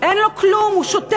אין לו כלום, הוא שותק.